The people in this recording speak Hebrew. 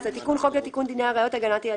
תיקון חוק לתיקון דיני הראיות (הגנת ילדים)